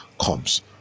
comes